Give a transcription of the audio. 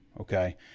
okay